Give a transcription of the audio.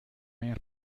mehr